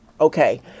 Okay